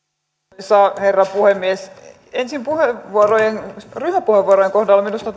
arvoisa herra puhemies ensin ryhmäpuheenvuorojen kohdalla minusta